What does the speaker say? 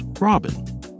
Robin